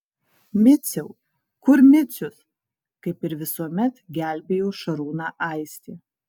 miciau kur micius kaip ir visuomet gelbėjo šarūną aistė